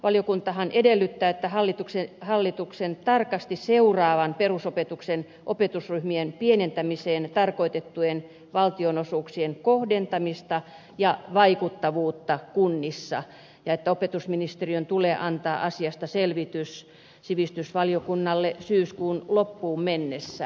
valiokuntahan edellyttää hallituksen tarkasti seuraavan perusopetuksen opetusryhmien pienentämiseen tarkoitettujen valtionosuuksien kohdentamista ja vaikuttavuutta kunnissa ja opetusministeriön tulee antaa asiasta selvitys sivistysvaliokunnalle syyskuun loppuun mennessä